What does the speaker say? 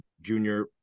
junior